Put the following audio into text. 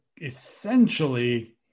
essentially